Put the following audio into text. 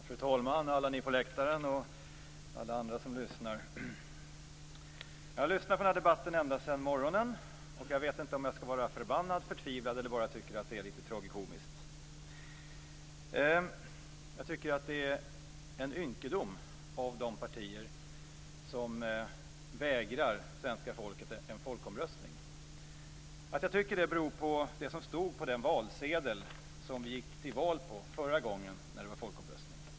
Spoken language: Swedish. Fru talman, alla ni på läktaren och alla andra som lyssnar! Jag har lyssnat på den här debatten ända sedan morgonen. Jag vet inte om jag skall vara förbannad, förtvivlad eller om jag tycker att det är tragikomiskt. Jag tycker att det är en ynkedom av de partier som vägrar svenska folket en folkomröstning. Att jag tycker det beror på vad som stod på den valsedel som vi gick till val på förra gången det var folkomröstning.